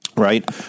right